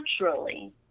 naturally